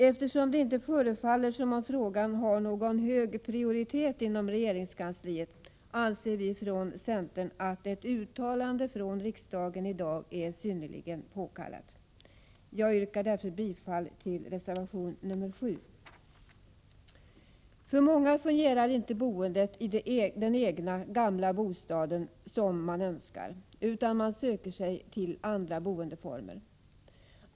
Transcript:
Eftersom det inte förefaller som om frågan har någon hög prioritet inom regeringskansliet, anser vi från centern att ett uttalande från riksdagen i dag är synnerligen påkallat. Jag yrkar därför bifall till reservation nr 7. För många fungerar inte boendet i den egna, gamla bostaden som man önskar, utan man söker sig till andra boendeformer.